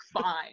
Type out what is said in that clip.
fine